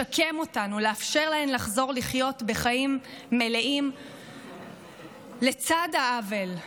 לשקם אותן ולאפשר להן לחזור לחיות חיים מלאים לצד האבל,